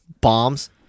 Bombs